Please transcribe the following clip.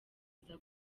aza